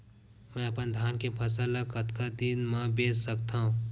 मैं अपन धान के फसल ल कतका दिन म बेच सकथो?